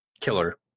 killer